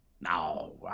No